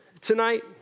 tonight